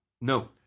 No